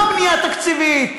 לא בנייה תקציבית,